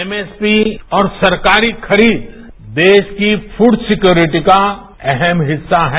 MSP और सरकारी खरीद देश की फूड सिक्योरिटी का अहम हिस्सा हैं